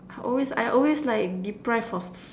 I always I always like deprive of